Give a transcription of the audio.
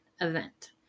event